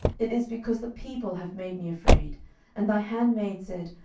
it is because the people have made me afraid and thy handmaid said,